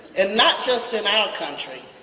and not just in our country.